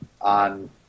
on